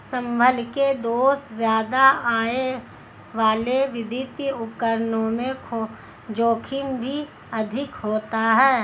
संभल के दोस्त ज्यादा आय वाले वित्तीय उपकरणों में जोखिम भी अधिक होता है